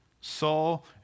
Saul